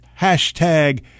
hashtag